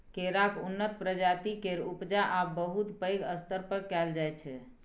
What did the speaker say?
केराक उन्नत प्रजाति केर उपजा आब बहुत पैघ स्तर पर कएल जाइ छै